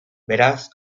beraz